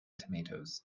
tomatoes